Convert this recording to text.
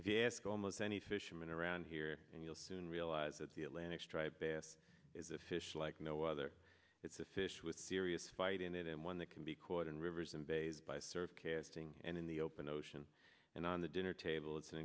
if you ask almost any fishermen around here and you'll soon realize that the atlantic striped bass is a fish like no other it's a fish with serious fight in it and one that can be caught in rivers and bays by serve casting and in the open ocean and on the dinner table it's an